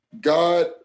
God